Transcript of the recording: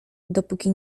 dopóki